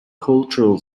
cultural